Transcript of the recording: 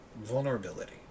vulnerability